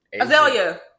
Azalea